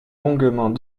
longuement